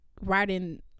writing